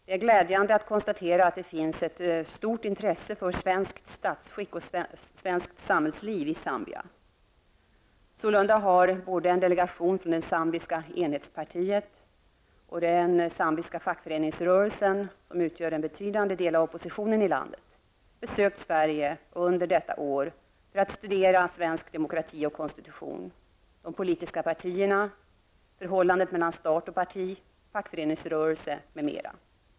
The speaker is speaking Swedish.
Det är glädjande att konstatera att det finns ett stort intresse för svenskt statsskick och samhällsliv i Zambia. Sålunda har både en delegation från det zambiska enhetspartiet och den zambiska fackföreningsrörelsen , som utgör en betydande del av oppositionen i landet, besökt Sverige under detta år för att studera svensk demokrati och konstitution, de politiska partierna, förhållandet mellan stat och parti, fackföreningsrörelsen m.m.